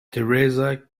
theresa